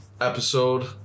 episode